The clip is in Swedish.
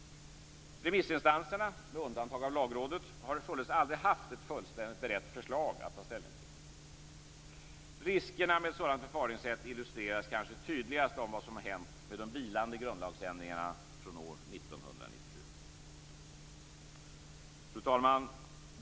Remissinstanserna, med undantag av Lagrådet, har således aldrig haft ett fullständigt berett förslag att ta ställning till. Riskerna med ett sådant förfaringssätt illustreras kanske tydligast av vad som har hänt med de vilande grundlagsändringarna från år 1994. Fru talman!